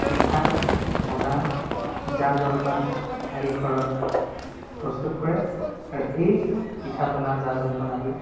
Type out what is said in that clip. পিঠা পনা জা জলপান আদি ঘৰত প্ৰস্তুত কৰে আৰু এই পিঠা পনা জা জলপান আদি